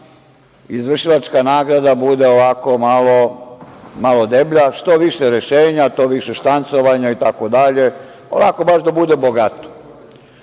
izvršilačka nagrada bude onako malo deblja. Što više rešenja, to više štancovanja itd, onako baš da bude